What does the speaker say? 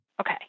Okay